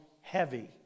Heavy